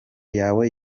yawe